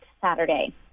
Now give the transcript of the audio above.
Saturday